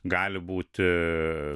gali būti